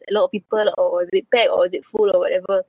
a lot of people or is it packed is it full or whatever